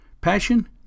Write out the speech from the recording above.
passion